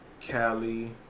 Cali